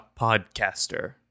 podcaster